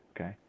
Okay